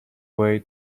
way